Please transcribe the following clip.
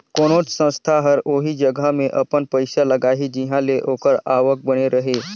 कोनोच संस्था हर ओही जगहा में अपन पइसा लगाही जिंहा ले ओकर आवक बने रहें